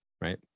right